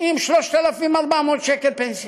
עם 3,400 שקל פנסיה.